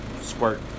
squirt